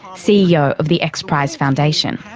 ceo of the x prize foundation.